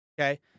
okay